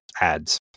ads